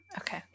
Okay